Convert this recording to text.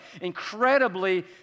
incredibly